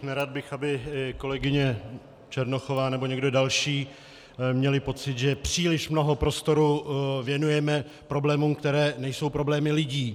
Nerad bych, aby kolegyně Černochová nebo někdo další měli pocit, že příliš mnoho prostoru věnujeme problémům, které nejsou problémy lidí.